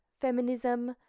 feminism